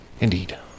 Indeed